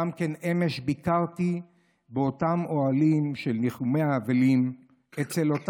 גם אמש ביקרתי באותם אוהלים של ניחומי האבלים,